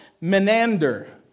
Menander